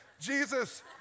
Jesus